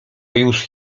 już